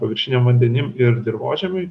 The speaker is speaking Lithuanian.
paviršiniam vandenim ir dirvožemiui